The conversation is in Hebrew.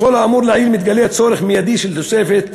מכל האמור לעיל מתגלה צורך מיידי של תוספת